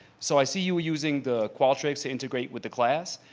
so i see you using the qualtrics to integrate with the class.